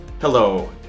Hello